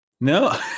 No